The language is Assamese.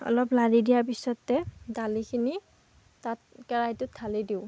অলপ লাৰি দিয়াৰ পিছতে দালিখিনি তাত কেৰাহীটোত ঢালি দিওঁ